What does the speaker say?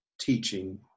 teaching